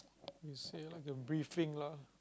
you say lah got briefing lah